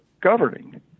governing